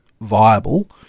viable